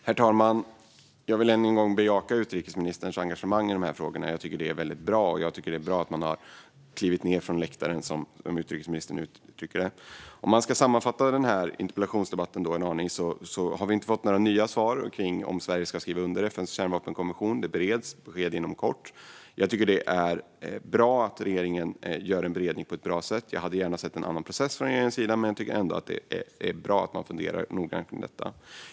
Herr talman! Jag vill än en gång bejaka utrikesministerns engagemang i dessa frågor. Jag tycker att det är väldigt bra, och jag tycker att det är bra att man har klivit ned från läktaren, som utrikesministern uttrycker det. För att sammanfatta denna interpellationsdebatt en aning har vi inte fått några nya svar när det gäller om Sverige ska skriva under FN:s kärnvapenkonvention. Frågan bereds, och besked ska ges inom kort. Jag tycker att det är bra att regeringen bereder frågan på ett bra sätt. Jag hade gärna sett en annan process från regeringens sida men tycker ändå att det är bra att man funderar noggrant kring detta.